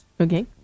Okay